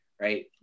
right